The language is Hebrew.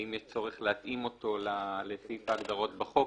האם יש צורך להתאים אותו לסעיף ההגדרות בחוק,